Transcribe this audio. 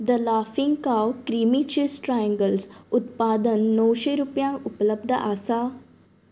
the Laughing Cow creamy cheese triangles उत्पादन णवशे रुपयांक उपलब्द आसा